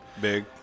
Big